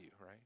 right